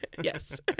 Yes